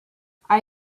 are